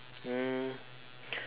mm